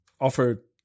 offer